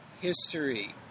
history